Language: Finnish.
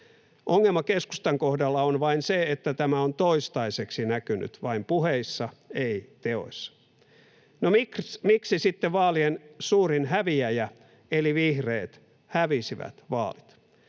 Ongelma keskustan kohdalla on vain se, että tämä on toistaiseksi näkynyt vain puheissa, ei teoissa. No, miksi sitten vaalien suurin häviäjä eli vihreät hävisivät vaalit?